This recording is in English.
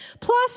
Plus